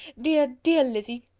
dear, dear lizzy.